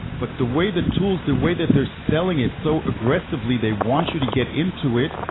but the way the tools, the way that they're selling it so aggressively they want you to get into it,